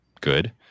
good